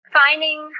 finding